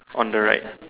on the right